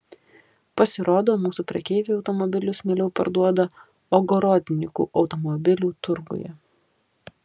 pasirodo mūsų prekeiviai automobilius mieliau parduoda ogorodnikų automobilių turguje